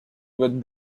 with